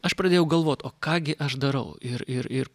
aš pradėjau galvot o ką gi aš darau ir ir ir